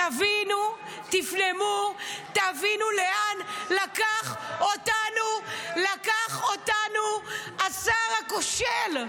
תבינו, תפנימו, תבינו לאן לקח אותנו השר הכושל.